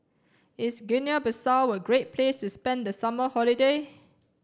is Guinea Bissau a great place to spend the summer holiday